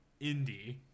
indie